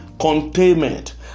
containment